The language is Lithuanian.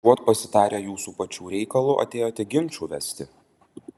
užuot pasitarę jūsų pačių reikalu atėjote ginčų vesti